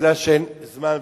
כי אין זמן,